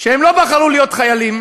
שלא בחרו להיות חיילים